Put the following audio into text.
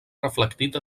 reflectit